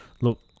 look